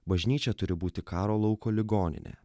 bažnyčia turi būti karo lauko ligoninė